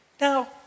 Now